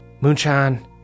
Moonshine